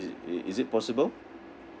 is it is it possible